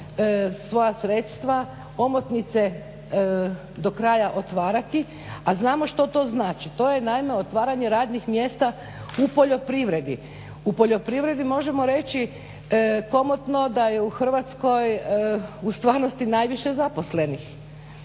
svoja sredstva omotnice do kraja otvarati a znamo što to znači. To je naime otvaranje radnih mjesta u poljoprivredi. U poljoprivredi možemo reći komotno da je u Hrvatskoj u stvarnosti najviše zaposlenosti